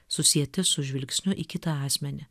susieti su žvilgsniu į kitą asmenį